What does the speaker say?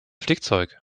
flickzeug